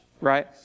right